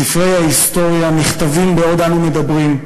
ספרי ההיסטוריה נכתבים בעוד אנו מדברים,